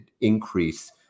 increase